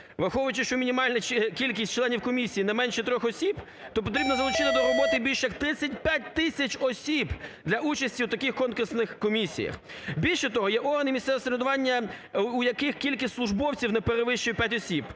Враховуючи, що мінімальна кількість членів комісії не менше 3 осіб, то потрібно залучити до роботи більше як 35 тисяч осіб для участі у таких конкурсних комісіях. Більше того, є органи місцевого самоврядування, в яких кількість службовців не перевищує 5 осіб.